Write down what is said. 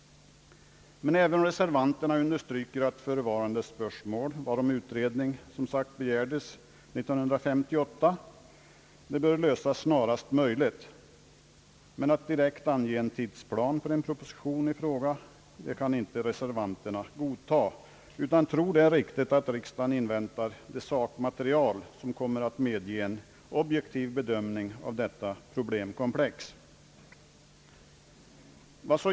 Även reservanterna understryker dock att förevarande spörsmål, varom utredning som sagt begärdes 1958, bör lösas snarast möjligt. Att direkt ange en tidsplan för proposition i frågan anser reservanterna inte möjligt utan tror att det är riktigt att riksdagen inväntar det sakmaterial som kommer att medge en cbjektiv bedömning av detta problemkomplex.